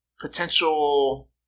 potential